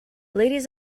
ladies